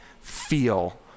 feel